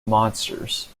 monsters